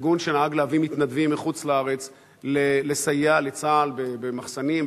ארגון שנהג להביא מתנדבים מחוץ-לארץ לסייע לצה"ל במחסנים,